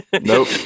Nope